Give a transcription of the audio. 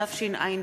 התשע"ב